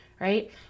right